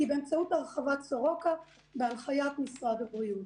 באמצעות הרחבת סורוקה בהנחיית משרד הבריאות.